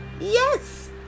Yes